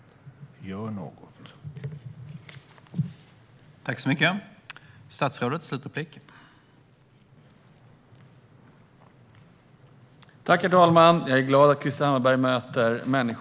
Gör något!